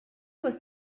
was